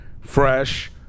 fresh